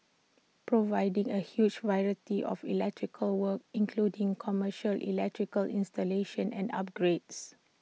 providing A huge variety of electrical work including commercial electrical installation and upgrades